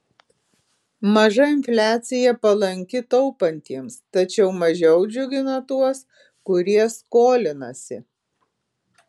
maža infliacija palanki taupantiems tačiau mažiau džiugina tuos kurie skolinasi